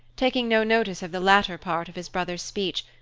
taking no notice of the latter part of his brother's speech,